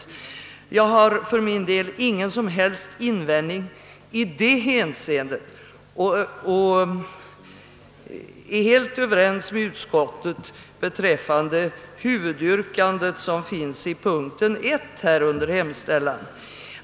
Jag har ingen som helst invändning i det hänseendet utan är helt överens med utskottet beträffande huvudyrkandet i dess hemställan under mom. I.